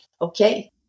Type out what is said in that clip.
okay